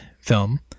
film